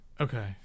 Okay